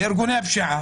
לגבי הקנסות,